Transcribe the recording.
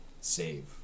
save